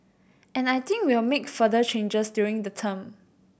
and I think we will make further changes during the term